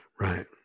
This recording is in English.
Right